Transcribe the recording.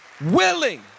willing